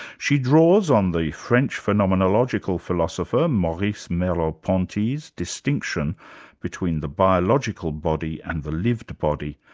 she draws on the french phenomenological philosopher, maurice merleau-ponty's distinction between the biological body and the lived body,